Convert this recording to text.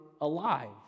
alive